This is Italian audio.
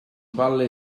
palle